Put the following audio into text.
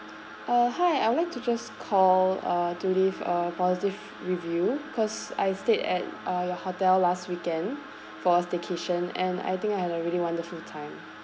uh hi I would like to just call uh to leave a positive review cause I stayed at uh your hotel last weekend for a staycation and I think I had a really wonderful time